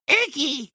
icky